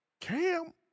Cam